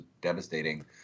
devastating